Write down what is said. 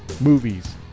movies